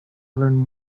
learn